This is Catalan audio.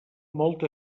molts